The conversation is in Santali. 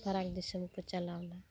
ᱯᱷᱟᱨᱟᱠ ᱫᱤᱥᱚᱢ ᱠᱚ ᱪᱟᱞᱟᱣᱱᱟ